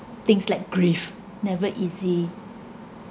things like grief never easy